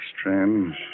Strange